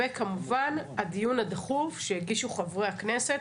וכמובן הדיון הדחוף שהגישו חברי הכנסת